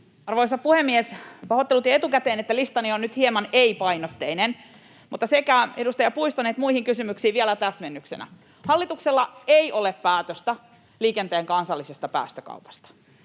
Arvoisa puhemies! Pahoittelut jo etukäteen, että listani on nyt hieman ”ei”-painotteinen, mutta sekä edustaja Puiston että muihin kysymyksiin vielä täsmennyksenä: Hallituksella ei ole päätöstä liikenteen kansallisesta päästökaupasta.